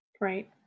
right